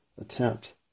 attempt